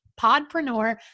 podpreneur